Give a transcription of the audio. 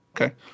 Okay